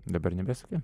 dabar nebeski